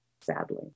sadly